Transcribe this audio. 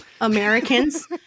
americans